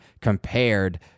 compared